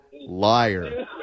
liar